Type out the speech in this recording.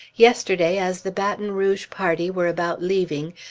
yesterday as the baton rouge party were about leaving,